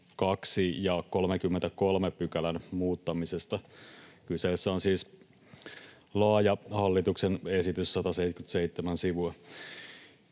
lain 2 ja 33 §:n muuttamisesta. Kyseessä on siis laaja hallituksen esitys, 177 sivua.